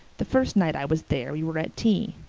the first night i was there we were at tea.